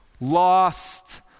lost